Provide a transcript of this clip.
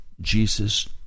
Jesus